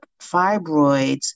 fibroids